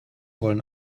wollen